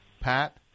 Pat